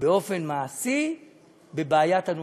באופן מעשי בבעיית הנומרטור.